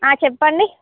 ఆ చెప్పండి